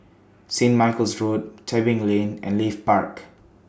St Michael's Road Tebing Lane and Leith Park